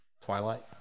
Twilight